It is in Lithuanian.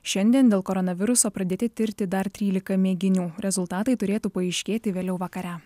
šiandien dėl koronaviruso pradėti tirti dar trylika mėginių rezultatai turėtų paaiškėti vėliau vakare